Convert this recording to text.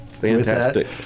fantastic